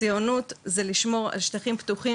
ציונות זה לשמור על שטחים פתוחים,